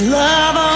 love